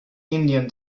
indian